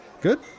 Good